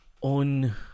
on